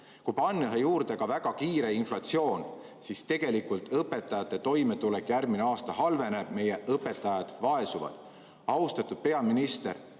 Kui panna sinna juurde ka väga kiire inflatsioon, siis tegelikult õpetajate toimetulek järgmisel aastal halveneb, meie õpetajad vaesuvad. Austatud peaminister,